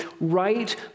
right